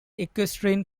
equestrian